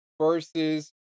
versus